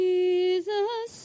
Jesus